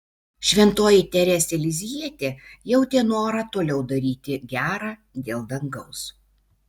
šventoji teresė lizjietė jautė norą toliau daryti gera dėl dangaus